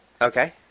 Okay